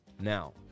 now